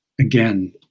again